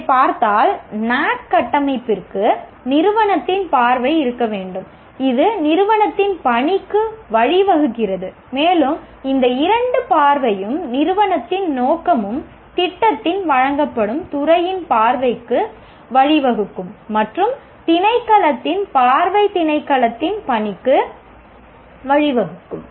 இதைப் பார்த்தால் NAAC கட்டமைப்பிற்கு நிறுவனத்தின் பார்வை இருக்க வேண்டும் இது நிறுவனத்தின் பணிக்கு வழிவகுக்கிறது மேலும் இந்த இரண்டு பார்வையும் நிறுவனத்தின் நோக்கமும் திட்டத்தின் வழங்கப்படும் துறையின் பார்வைக்கு வழிவகுக்கும் மற்றும் திணைக்களத்தின் பார்வை திணைக்களத்தின் பணிக்கு வழிவகுக்கும்